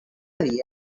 dia